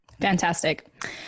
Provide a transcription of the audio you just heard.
Fantastic